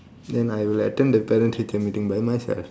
then I will attend the parent teacher meeting by myself